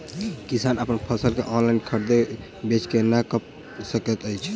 किसान अप्पन फसल केँ ऑनलाइन खरीदै बेच केना कऽ सकैत अछि?